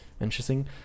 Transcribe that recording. Interesting